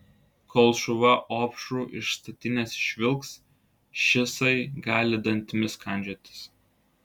kol šuva opšrų iš statinės išvilks šisai gali dantimis kandžiotis